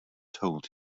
told